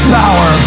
power